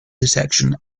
detection